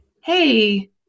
hey